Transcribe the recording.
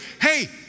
hey